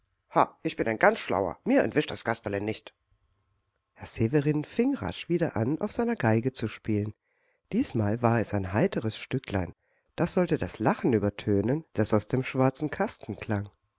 ich bin ein ganz schlauer mir entwischt das kasperle nicht herr severin fing rasch wieder an auf seiner geige zu spielen diesmal war es ein heiteres stücklein das sollte das lachen übertönen das aus dem schwarzen kasten klang